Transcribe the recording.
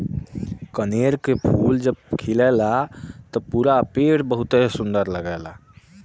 कनेर के फूल जब खिलला त पूरा पेड़ बहुते सुंदर लगला